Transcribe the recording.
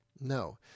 no